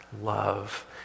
love